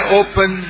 open